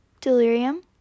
delirium